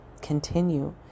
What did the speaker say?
continue